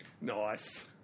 Nice